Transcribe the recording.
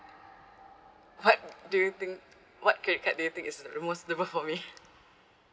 what do you think what credit card do you think is the most suitable for me